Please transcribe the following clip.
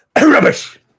Rubbish